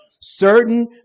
certain